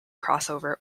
crossover